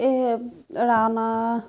এই ৰাণা